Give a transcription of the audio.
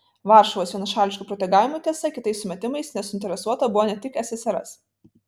varšuvos vienašališku protegavimu tiesa kitais sumetimais nesuinteresuota buvo ne tik ssrs